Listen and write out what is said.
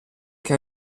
che